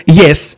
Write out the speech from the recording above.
yes